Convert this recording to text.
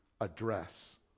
address